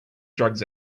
drugs